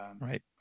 Right